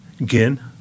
again